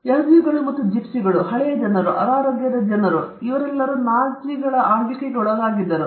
ಯಹೂದಿಗಳು ಮತ್ತು ಜಿಪ್ಸಿಗಳು ಮತ್ತು ಹಳೆಯ ಜನರು ಅನಾರೋಗ್ಯದ ಜನರು ಇವರೆಲ್ಲರೂ ನಾಜಿಗಳು ಆಳ್ವಿಕೆಗೆ ಒಳಗಾಗಿದ್ದರು